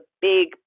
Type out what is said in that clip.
big